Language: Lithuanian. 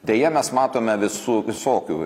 deja mes matome visų visokių